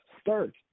start